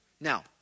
Now